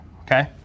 okay